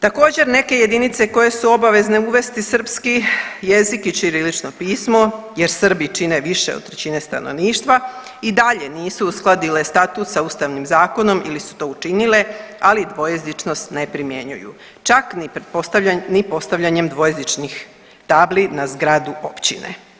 Također, neke jedinice koje su obavezne uvesti srpski jezik i ćirilično pismo jer Srbi čine više od trećine stanovništva i dalje nisu uskladile statut sa Ustavnim zakonom ili su to učinile ali dvojezičnost ne primjenjuju, čak ni postavljanjem dvojezičnih tabli na zgradu općine.